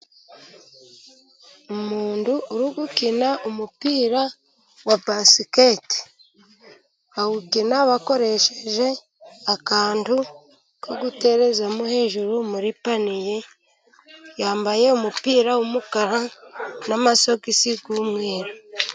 Umuntu uri gukina umupira wa basiketi, bawukina bakoresheje akantu ko guterezamo hejuru muri paniye, yambaye umupira w'umukara n'amasogisi y'umweru.